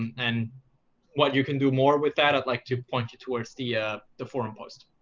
and what you can do more with that, i'd like to point you towards to yeah the forum post.